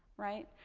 right.